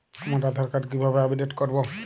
আমার আধার কার্ড কিভাবে আপডেট করব?